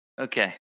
Okay